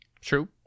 True